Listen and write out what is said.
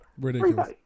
Ridiculous